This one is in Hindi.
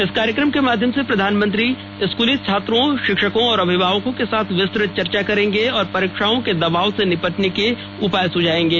इस कार्यक्रम के माध्यम से प्रधानमंत्री स्कूली छात्रों शिक्षकों और अभिभावकों के साथ विस्तृत चर्चा करेंगे और परीक्षाओं के दबाव से निपटने के उपाय सुझाएंगे